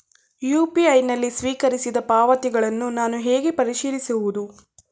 UPI ನಲ್ಲಿ ಸ್ವೀಕರಿಸಿದ ಪಾವತಿಗಳನ್ನು ನಾನು ಹೇಗೆ ಪರಿಶೀಲಿಸುವುದು?